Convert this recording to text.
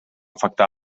afectà